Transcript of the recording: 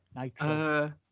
Nitro